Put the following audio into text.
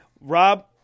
Rob